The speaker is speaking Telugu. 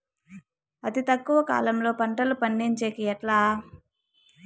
అతి తక్కువ కాలంలో పంటలు పండించేకి ఎట్లా?